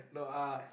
no uh